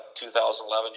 2011